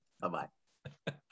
Bye-bye